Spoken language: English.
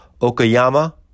Okayama